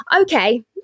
okay